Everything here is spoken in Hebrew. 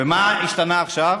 ומה השתנה עכשיו?